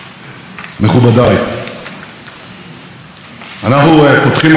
אנחנו פותחים היום את מושב החורף של הכנסת במשכן הכנסת.